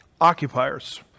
occupiers